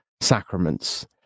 sacraments